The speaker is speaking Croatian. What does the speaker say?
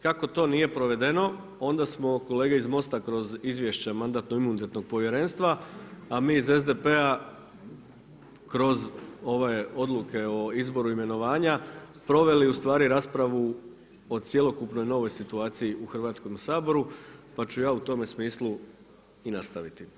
Kako to nije provedeno, onda smo kolege iz Mosta kroz izvješće Mandatno-imunitetnog povjerenstva, a mi iz SDP-a kroz ove odluke o izboru imenovanja proveli u stvari raspravu o cjelokupnoj novoj situaciji u Hrvatskome saboru, pa ću ja u tome smislu i nastaviti.